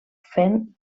fent